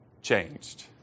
changed